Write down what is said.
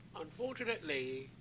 Unfortunately